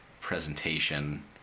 presentation